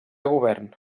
govern